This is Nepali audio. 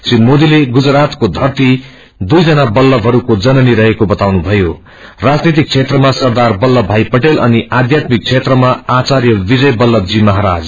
श्री मोदीले गुजरातको धरती दुई जना वल्तभहरूको जननी रहेको बताउनुषये राजनीतिक क्षेत्रामा सरदार वल्लभ भाई पटेल अनि आध्यात्मिक क्षेत्रमा आचाय विजय वल्लभ जी महाराज